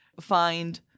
find